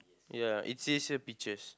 ya it says here peaches